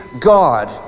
God